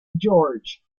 george